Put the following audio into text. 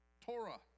Torah